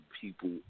people